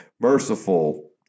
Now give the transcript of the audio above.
merciful